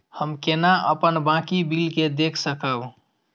हम केना अपन बाकी बिल के देख सकब?